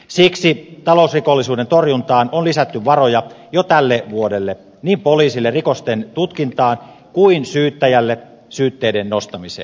siksi talousrikollisuuden torjuntaan on lisätty varoja jo tälle vuodelle niin poliisille rikosten tutkintaan kuin syyttäjälle syytteiden nostamiseen